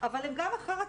אבל הם גם אחר הצוהריים.